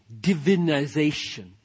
divinization